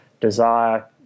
desire